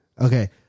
Okay